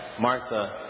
Martha